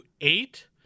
eight